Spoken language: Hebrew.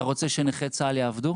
אתה רוצה שנכי צה"ל יעבדו?